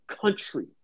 country